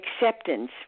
Acceptance